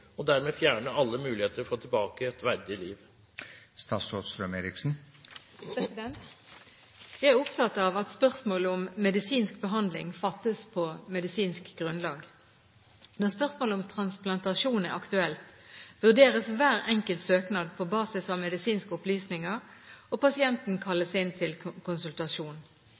og dermed fjerne alle muligheter til å få tilbake et verdig liv?» Jeg er opptatt av at spørsmål om medisinsk behandling fattes på medisinsk grunnlag. Når spørsmål om transplantasjon er aktuelt, vurderes hver enkelt søknad på basis av medisinske opplysninger, og pasienten kalles inn til konsultasjon.